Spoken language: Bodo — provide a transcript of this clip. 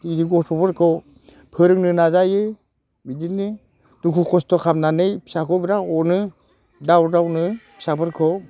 दिनै गथ'फोरखौ फोरोंनो नाजायो बिदिनो दुखु खस्थ' खालामनानै फिसाखौ बेराद अनो दाव दावनो फिसाफोरखौ